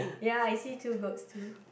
ya I see two goats two